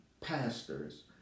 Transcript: pastors